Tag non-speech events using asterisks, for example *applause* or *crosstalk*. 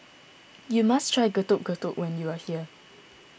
you must try Getuk Getuk when you are here *noise*